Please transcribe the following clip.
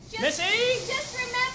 Missy